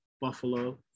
Buffalo